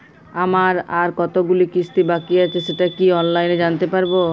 আমার আর কতগুলি কিস্তি বাকী আছে সেটা কি অনলাইনে জানতে পারব?